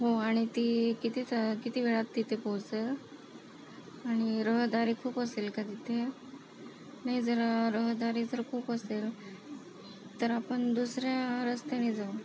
हो आणि ती किती ता किती वेळात तिथे पोचेल आणि रहदारी खूप असेल का तिथे नाही जर रहदारी जर खूप असेल तर आपण दुसऱ्या रस्त्याने जाऊ